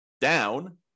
down